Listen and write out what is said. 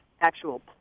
actual